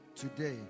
Today